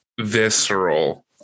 visceral